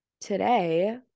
today